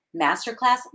Masterclass